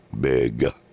big